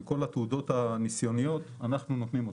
וכל התעודות הניסיוניות, אנחנו נותנים אותם.